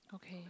okay